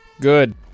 Good